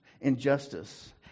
injustice